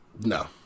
No